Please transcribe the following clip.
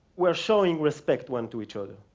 we are showing respect, one to each other.